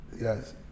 yes